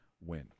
win